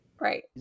Right